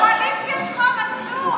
זו הקואליציה שלך, מנסור.